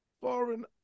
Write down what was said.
foreign